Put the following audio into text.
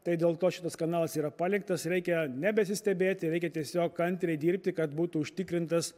tai dėl to šitas kanalas yra paliktas reikia nebesistebėti reikia tiesiog kantriai dirbti kad būtų užtikrintas